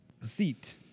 seat